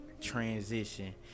transition